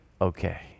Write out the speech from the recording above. okay